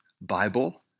Bible